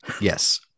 yes